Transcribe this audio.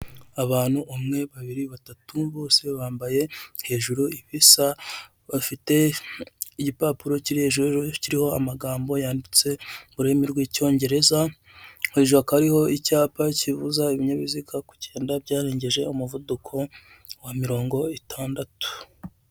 Abantu umwe babiri batatu bose bambaye hejuru ibisa bafite igipapuro cyiri hejuru kiriho amagambo yanditse mururimi rw'icyongereza hejuru hakaba hariho icyapa cyibuza ibinyabiziga kugenda byarengeje umuvuduko wa mirongo itandatu.